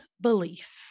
belief